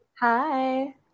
Hi